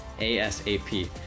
ASAP